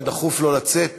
היה דחוף לו לצאת